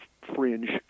fringe